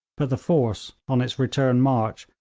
but the force, on its return march,